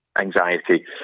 anxiety